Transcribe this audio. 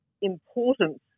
importance